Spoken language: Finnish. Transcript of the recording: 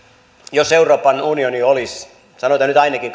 jos euroopan unioni olisi sanotaan nyt ainakin